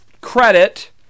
credit